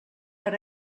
per